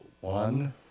One